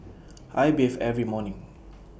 I bathe every morning